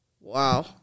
Wow